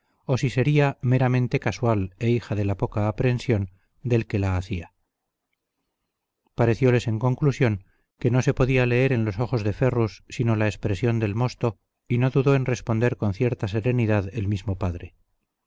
o si sería meramente casual e hija de la poca aprensión del que la hacía parecióles en conclusión que no se podía leer en los ojos de ferrus sino la expresión del mosto y no dudó en responder con cierta serenidad el mismo padre